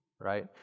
right